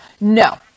no